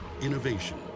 innovation